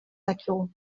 dakigu